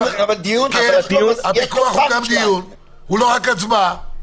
הוא לא רק הצבעה.